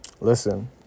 listen